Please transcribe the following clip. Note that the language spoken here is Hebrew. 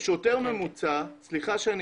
סליחה,